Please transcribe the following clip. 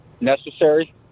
necessary